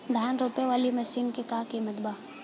धान रोपे वाली मशीन क का कीमत बा?